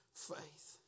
faith